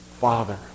Father